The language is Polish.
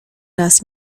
raz